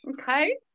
Okay